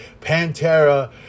Pantera